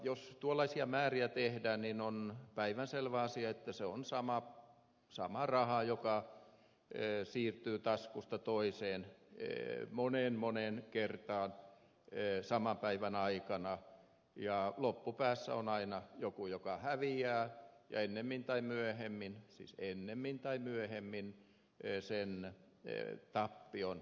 jos tuollaisia määriä tehdään niin on päivänselvä asia että se on sama raha joka siirtyy taskusta toiseen moneen moneen kertaan saman päivän aikana ja loppupäässä on aina joku joka häviää ja ennemmin tai myöhemmin siis ennemmin tai myöhemmin sen tappion maksavat veronmaksajat